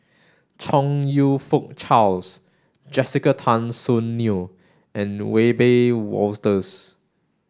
Chong You Fook Charles Jessica Tan Soon Neo and Wiebe Wolters